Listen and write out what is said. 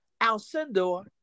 Alcindor